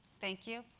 thank you.